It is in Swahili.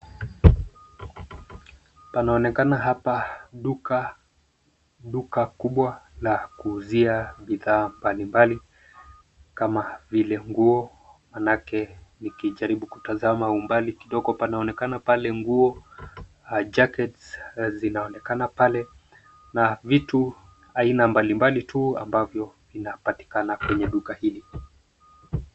Panaonekana hapa duka, duka kubwa la kuuzia bidhaa mbalimbali kama vile nguo maanake nikijaribu kutazama umbali kidogo panaonekana pale nguo, jackets zinaonekana pale na vitu aina mbalimbali tu ambavyo vinapatikana kwenye duka hili.